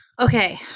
Okay